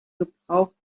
gebraucht